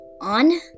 on